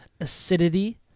acidity